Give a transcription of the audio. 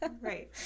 Right